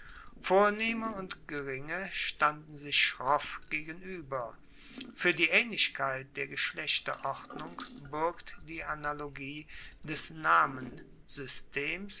vornehme und geringe standen sich schroff gegenueber fuer die aehnlichkeit der geschlechterordnung buergt die analogie des